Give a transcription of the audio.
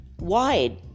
wide